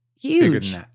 huge